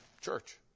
church